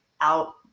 out